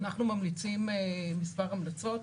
אנחנו ממליצים מספר המלצות.